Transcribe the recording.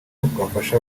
bwafasha